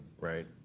right